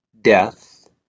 death